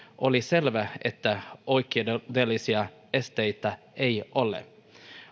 oli selvää että oikeudellisia esteitä ei ole